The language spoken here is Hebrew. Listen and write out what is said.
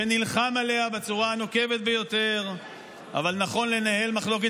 שנלחם עליה בצורה הנוקבת ביותר אבל נכון לנהל מחלוקת